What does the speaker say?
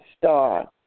star